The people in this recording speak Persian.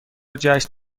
جشن